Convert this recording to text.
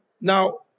now